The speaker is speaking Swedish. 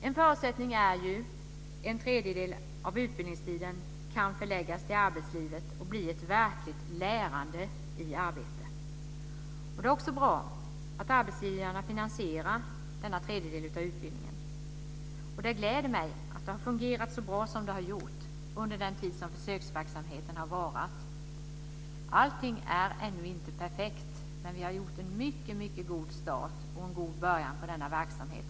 En förutsättning är att en tredjedel av utbildningstiden kan förläggas till arbetslivet och bli ett verkligt lärande i arbete. Det är också bra att arbetsgivarna finansierar denna tredjedel av utbildningen. Det gläder mig att det har fungerat så bra som det har gjort under den tid som försöksverksamheten har varat. Allting är ännu inte perfekt, men vi har haft en mycket god start på denna verksamhet.